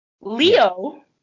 Leo